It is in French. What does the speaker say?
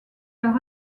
leur